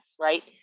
right